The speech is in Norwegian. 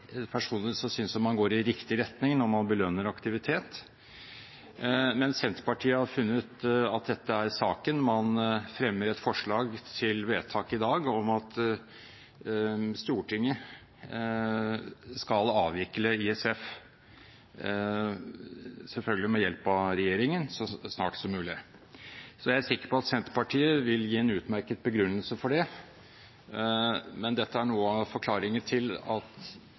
Personlig synes jeg man går i riktig retning når man belønner aktivitet. Men Senterpartiet har funnet at dette er saken: Man fremmer et forslag til vedtak i dag om at Stortinget skal avvikle ISF, selvfølgelig med hjelp av regjeringen, så snart som mulig. Jeg er sikker på at Senterpartiet vil gi en utmerket begrunnelse for det, men dette er noe av forklaringen på at